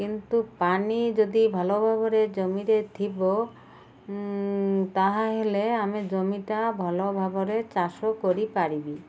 କିନ୍ତୁ ପାଣି ଯଦି ଭଲ ଭାବରେ ଜମିରେ ଥିବ ତାହା ହେଲେ ଆମେ ଜମିଟା ଭଲ ଭାବରେ ଚାଷ କରି ପାରିବି